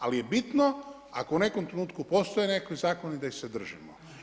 Ali je bitno ako u nekom trenutku postoje nekakvi zakoni da ih se držimo.